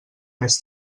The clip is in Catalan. més